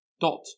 dot